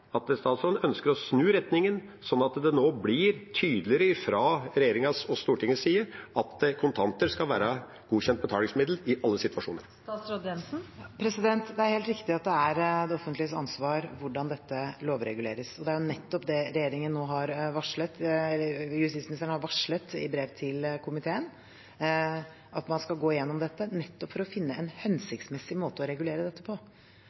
at hun nå ønsker å snu retningen, slik at det blir tydeligere fra regjeringas og Stortingets side at kontanter skal være godkjent betalingsmiddel i alle situasjoner. Det er helt riktig at det er det offentliges ansvar hvordan dette lovreguleres. Det er nettopp det justisministeren nå har varslet i brev til komiteen, at man skal gå igjennom dette for å finne en hensiktsmessig måte å regulere dette på